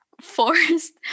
forced